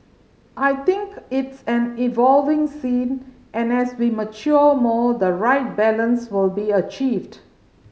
I think it's an evolving scene and as we mature more the right balance will be achieved